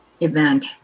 event